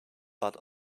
but